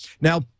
Now